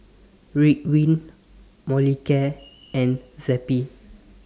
Ridwind Molicare and Zappy